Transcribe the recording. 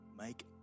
Make